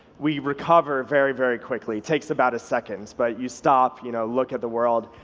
we recover very, very quickly. it takes about a second. but you stop, you know look at the world,